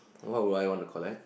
what will I want to collect